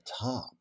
top